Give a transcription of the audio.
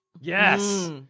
Yes